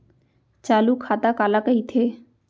चालू खाता काला कहिथे?